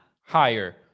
higher